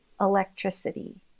electricity